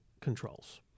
controls